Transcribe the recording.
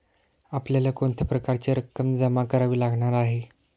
आपल्याला कोणत्या प्रकारची रक्कम जमा करावी लागणार आहे?